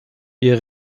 wir